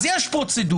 אז יש פרוצדורה,